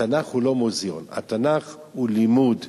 התנ"ך הוא לא מוזיאון, התנ"ך הוא לימוד.